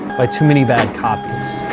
by too many bad copies.